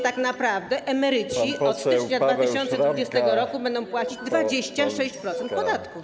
Tak naprawdę emeryci od stycznia 2020 r. będą płacić 26% podatku.